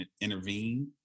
intervene